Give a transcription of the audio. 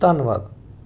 ਧੰਨਵਾਦ